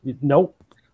Nope